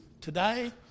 today